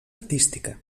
artística